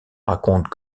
raconte